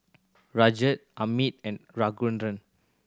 Rajat Amit and Raghuram